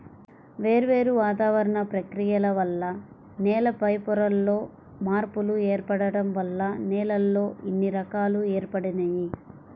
వేర్వేరు వాతావరణ ప్రక్రియల వల్ల నేల పైపొరల్లో మార్పులు ఏర్పడటం వల్ల నేలల్లో ఇన్ని రకాలు ఏర్పడినియ్యి